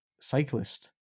cyclist